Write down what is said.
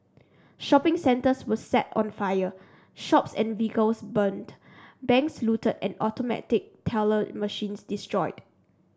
shopping centres were set on fire shops and vehicles burnt banks looted and automatic teller machines destroyed